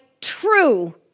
true